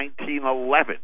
1911